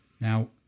now